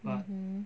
mmhmm